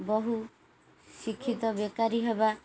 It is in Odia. ବହୁ ଶିକ୍ଷିତ ବେକାରୀ ହେବା